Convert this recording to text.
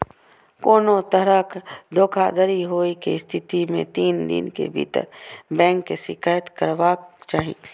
कोनो तरहक धोखाधड़ी होइ के स्थिति मे तीन दिन के भीतर बैंक के शिकायत करबाक चाही